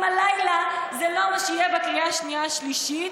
הלילה זה לא מה שיהיה בקריאה השנייה והשלישית.